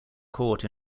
court